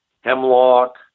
hemlock